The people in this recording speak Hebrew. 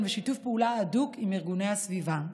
ושיתוף פעולה הדוק עם ארגוני הסביבה.